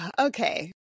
Okay